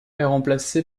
remplacé